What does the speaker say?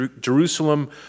Jerusalem